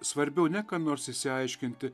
svarbiau ne ką nors išsiaiškinti